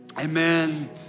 amen